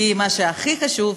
כי מה שהכי חשוב,